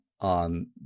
on